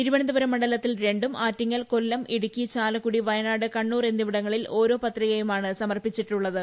തിരുവനന്തപുരം മണ്ഡലത്തിൽ രണ്ടും ആറ്റിങ്ങൽ കൊല്ലം ഇടുക്കി ചാലക്കുടി വയനാട് കണ്ണൂർ എന്നിവിടങ്ങളിൽ ഓരോ പത്രികയുമാണ് സമർപ്പിച്ചിട്ടുള്ളത്